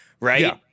Right